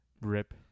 rip